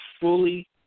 fully